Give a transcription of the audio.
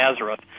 Nazareth